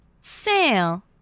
Sail